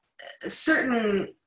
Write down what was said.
certain